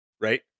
right